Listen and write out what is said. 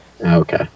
Okay